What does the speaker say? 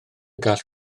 gall